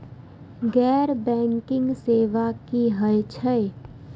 गैर बैंकिंग सेवा की होय छेय?